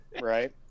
right